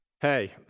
Hey